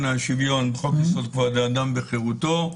השוויון בחוק-יסוד: כבוד האדם וחירותו,